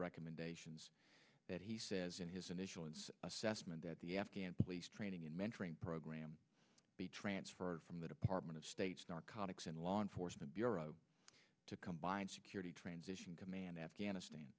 recommendations that he says in his initial assessment that the afghan police training and mentoring graham be transferred from the department of state's narcotics and law enforcement bureau to combined security transition command afghanistan